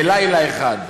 בלילה אחד,